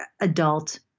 adult